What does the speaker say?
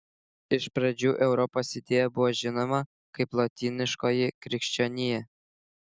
iš pradžių europos idėja buvo žinoma kaip lotyniškoji krikščionija